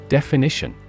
Definition